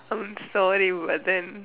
I'm sorry but then